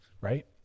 right